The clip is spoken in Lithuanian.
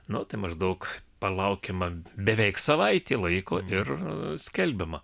nu tai maždaug palaukiama beveik savaitė laiko ir skelbiama